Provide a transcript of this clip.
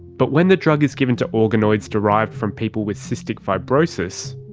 but when the drug is given to organoids derived from people with cystic fibrosis,